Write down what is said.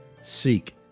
seek